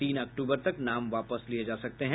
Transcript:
तीन अक्टूबर तक नाम वापस लिये जा सकते हैं